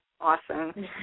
awesome